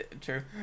True